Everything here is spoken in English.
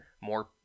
more